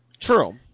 True